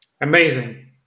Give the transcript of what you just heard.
Amazing